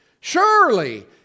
Surely